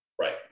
right